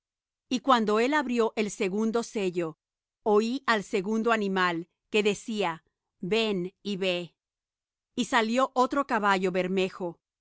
y cuando él abrió el segundo sello oí al segundo animal que decía ven y ve y salió otro caballo bermejo